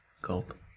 Gulp